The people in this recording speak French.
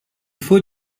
faut